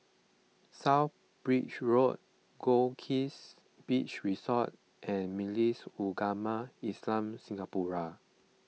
South Bridge Road Goldkist Beach Resort and Majlis Ugama Islam Singapura